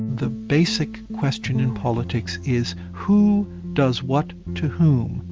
the basic question in politics is who does what to whom,